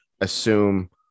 assume